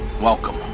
welcome